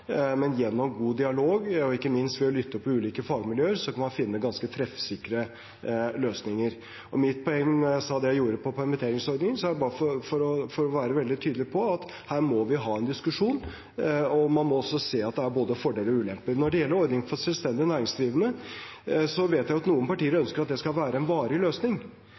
men gjennom god dialog og ikke minst ved å lytte til ulike fagmiljøer kan man finne ganske treffsikre løsninger. Mitt poeng da jeg sa det jeg gjorde om permitteringsordningen, var å være veldig tydelig på at her må vi ha en diskusjon, og man må også se at det er både fordeler og ulemper. Når det gjelder ordningen for selvstendig næringsdrivende, vet jeg at noen partier ønsker at det skal være en varig løsning.